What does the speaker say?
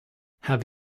have